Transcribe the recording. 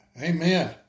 Amen